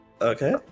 Okay